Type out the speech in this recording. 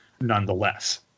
Nonetheless